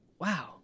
wow